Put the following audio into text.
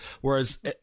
whereas